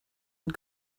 and